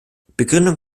begründung